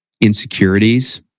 insecurities